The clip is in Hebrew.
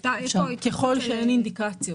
הייתה פה --- ככל שאין אינדיקציות,